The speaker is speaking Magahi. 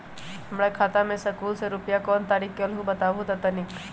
हमर खाता में सकलू से रूपया कोन तारीक के अलऊह बताहु त तनिक?